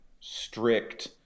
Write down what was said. strict